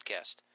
podcast